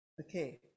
Okay